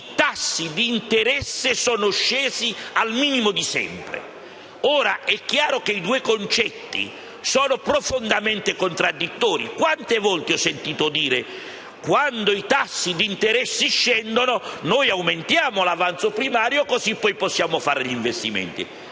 i tassi di interesse sono scesi al minimo di sempre. Ora, è chiaro che i due concetti sono profondamente contraddittori. Quante volte ho sentito dire che quando i tassi di interesse scendono si aumenta l'avanzo primario, così poi si possono fare gli investimenti!